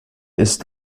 ist